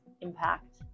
impact